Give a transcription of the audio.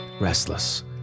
restless